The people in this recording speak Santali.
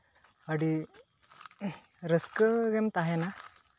ᱟᱹᱰᱤ ᱨᱟᱹᱥᱠᱟᱹ ᱨᱮᱢ ᱛᱟᱦᱮᱱᱟ